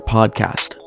Podcast